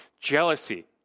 Jealousy